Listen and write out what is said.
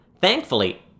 Thankfully